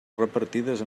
repartides